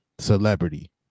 celebrity